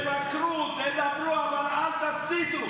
תבקרו, תדברו, אבל אל תסיתו.